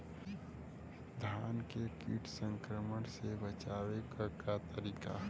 धान के कीट संक्रमण से बचावे क का तरीका ह?